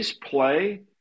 play